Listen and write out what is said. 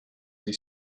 they